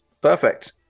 Perfect